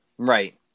Right